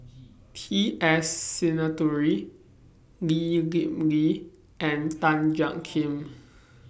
T S Sinnathuray Lee Kip Lee and Tan Jiak Kim